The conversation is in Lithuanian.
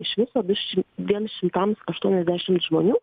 iš viso viš dviem šimtams aštuoniasdešimt žmonių